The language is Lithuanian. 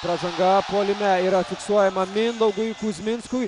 pražanga puolime yra fiksuojama mindaugui kuzminskui